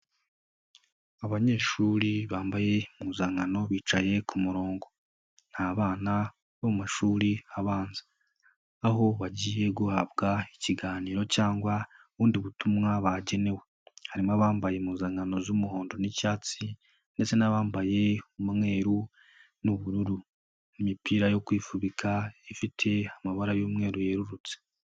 Abanyeshuri bambaye impuzankano bicaye ku murongo, n'abana bo mashuri abanza aho bagiye guhabwa ikiganiro cyangwa ubundi butumwa bagenewe, harimo abambaye impuzankano z'umuhondo n'icyatsi ndetse n'abambaye umweru n'ubururu, imipira yo kwifubika ifite amabara y'umweru yerurutse.